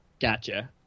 Gotcha